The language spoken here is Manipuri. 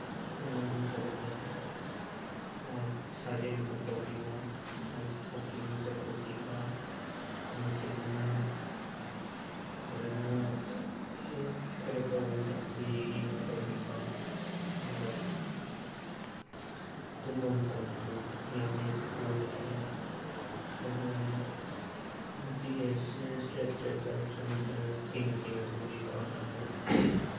ꯉꯟꯅ ꯑꯌꯨꯛ ꯍꯧꯒꯠꯂꯒ ꯁꯥꯖꯦꯟ ꯈꯔ ꯇꯧꯕꯤꯕ ꯈꯔ ꯋꯥꯀꯤꯡ ꯆꯠꯊꯣꯛꯄꯤꯕ ꯅꯨꯡꯊꯤꯟꯗꯅ ꯐꯖꯅ ꯊꯕꯛ ꯇꯧꯕ ꯃꯇꯝꯗꯁꯨ ꯌꯦꯡꯉ ꯌꯦꯡꯉ ꯇꯧꯍꯟꯕ ꯑꯗꯨꯒ ꯇꯨꯝꯕ ꯃꯇꯝꯗꯁꯨ ꯌꯥꯡꯂꯦꯟꯁꯦ ꯀꯣꯟꯗꯕꯤꯗ ꯐꯖ ꯐꯖꯅ ꯏꯁꯇ꯭ꯔꯦꯠ ꯏꯁꯇ꯭ꯔꯦꯠꯇ ꯐꯖ ꯐꯖꯅ ꯇꯤꯡꯅ ꯇꯤꯡꯅ ꯇꯨꯝꯕꯤꯕ ꯑꯗꯨ